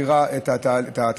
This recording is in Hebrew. ומכירה את התהליך,